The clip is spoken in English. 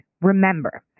remember